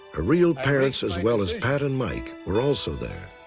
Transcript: ah real parents, as well as pat and mike, were also there.